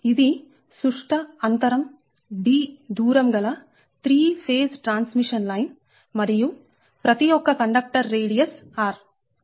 ఇదిసుష్ట అంతరం d దూరం గల 3 ఫేస్ ట్రాన్స్మిషన్ లైన్ మరియు ప్రతి ఒక్క కండక్టర్ రేడియస్ r